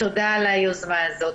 תודה על היוזמה הזאת.